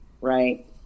right